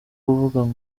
kuvuga